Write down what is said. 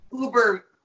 uber-